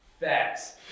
Facts